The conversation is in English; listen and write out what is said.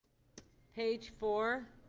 page four,